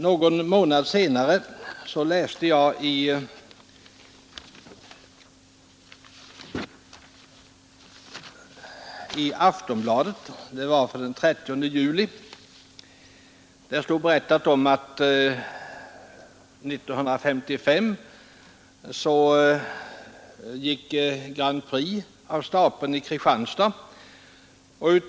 Några månader senare läste jag i Aftonbladet för den 30 juli om Grand Prix 1955 som gick av stapeln i Kristianstad.